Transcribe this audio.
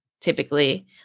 typically